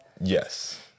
Yes